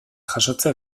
jasotze